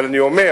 אבל אני אומר